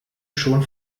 schon